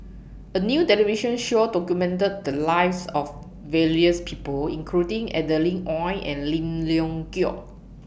A New television Show documented The Lives of various People including Adeline Ooi and Lim Leong Geok